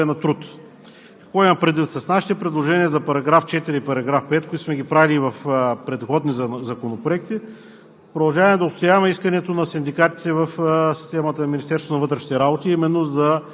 освен задължения трябва да дава на тези хора и по-нормални условия на труд. Какво имам предвид? С нашите предложения за § 4 и § 5, които сме ги правили и в предходни законопроекти,